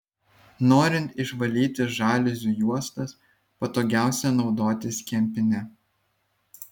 norint išvalyti žaliuzių juostas patogiausia naudotis kempine